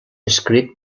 escrit